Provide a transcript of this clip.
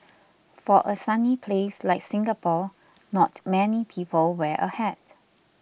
for a sunny place like Singapore not many people wear a hat